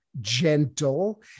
gentle